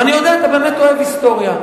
ואני יודע, אתה באמת אוהב היסטוריה.